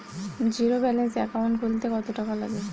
Zero balance account খুলতে কত টাকা লাগে?